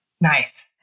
Nice